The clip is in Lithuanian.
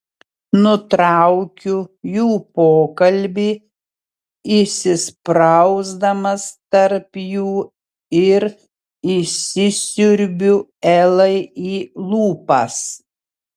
nutraukiu jų pokalbį įsisprausdamas tarp jų ir įsisiurbiu elai į lūpas